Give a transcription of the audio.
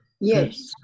Yes